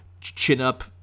chin-up